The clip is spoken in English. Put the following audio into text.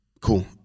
cool